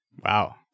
Wow